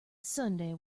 sunday